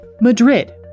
Madrid